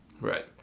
Right